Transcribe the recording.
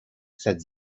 said